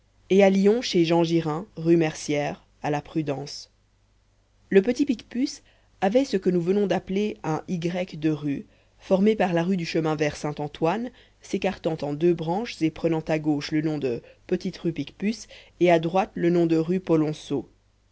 et à lyon chez jean girin rue mercière à la prudence le petit picpus avait ce que nous venons d'appeler un y de rues formé par la rue du chemin vert saint antoine s'écartant en deux branches et prenant à gauche le nom de petite rue picpus et à droite le nom de rue polonceau